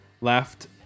left